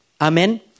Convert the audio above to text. Amen